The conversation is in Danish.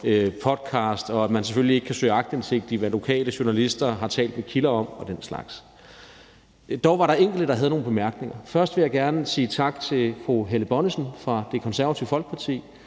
podcast, og at man selvfølgelig ikke kan søge aktindsigt i, hvad lokale journalister har talt med kilder om og den slags. Dog var der enkelte, der havde nogle bemærkninger. Først vil jeg gerne sige tak til fru Helle Bonnesen fra Det Konservative Folkeparti.